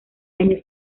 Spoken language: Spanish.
año